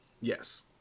Yes